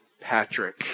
Patrick